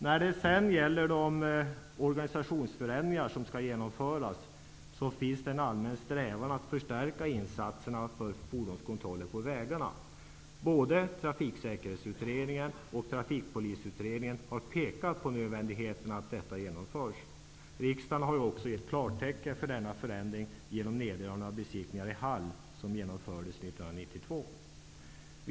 När det sedan gäller de organisationsförändringar som skall genomföras finns det en allmän strävan att förstärka insatserna för fordonskontroller på vägarna. Både Trafiksäkerhetsutredningen och Trafikpolisutredningen har pekat på nödvändigheten att detta genomförs. Riksdagen har också gett klartecken för denna förändring genom den neddragning av besiktningar i hall som genomfördes 1992.